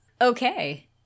Okay